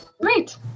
Great